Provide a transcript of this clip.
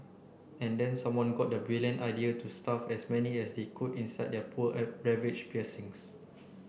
and then someone got the brilliant idea to stuff as many as they could inside their poor ravaged piercings